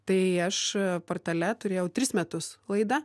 tai aš portale turėjau tris metus laidą